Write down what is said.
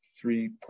three